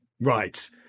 right